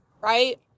right